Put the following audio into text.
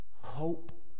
hope